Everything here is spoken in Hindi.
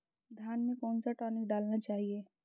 धान में कौन सा टॉनिक डालना चाहिए?